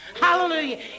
Hallelujah